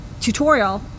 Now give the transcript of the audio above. tutorial